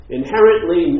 inherently